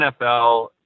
NFL